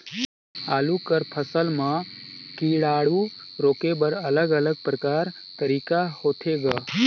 आलू कर फसल म कीटाणु रोके बर अलग अलग प्रकार तरीका होथे ग?